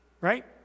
right